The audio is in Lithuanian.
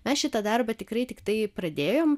mes šitą darbą tikrai tiktai pradėjom